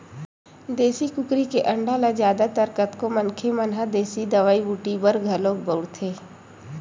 देसी कुकरी के अंडा ल जादा तर कतको मनखे मन ह देसी दवई बूटी बर घलोक बउरथे